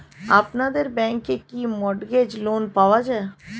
আপনাদের ব্যাংকে কি মর্টগেজ লোন পাওয়া যায়?